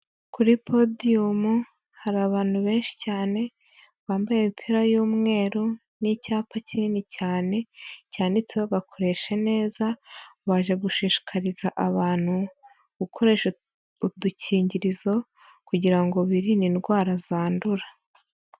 Kuri podiyumu hari abantu benshi cyane bambaye imipira y'umweru n'icyapa kinini cyane cyanditseho gakoresha neza baje gushishikariza abantu gukoresha udukingirizo kugira ngo birinde indwara zandura.